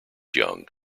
young